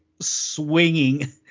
Swinging